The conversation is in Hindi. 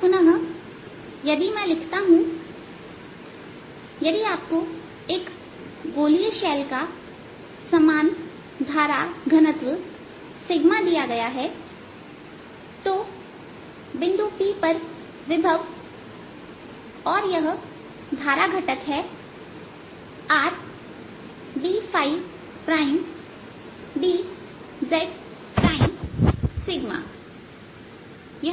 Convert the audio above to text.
तो पुनः यदि मैं लिखता हूं यदि आपको एक गोलीय शैल का समान धारा घनत्व दिया गया है तो बिंदु P पर विभव और यह धारा घटक है जो Rd